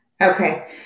Okay